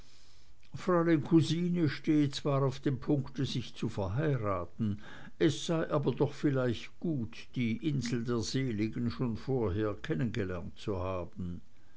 cousine stehe zwar auf dem punkte sich zu verheiraten es sei aber doch vielleicht gut die insel der seligen schon vorher kennengelernt zu haben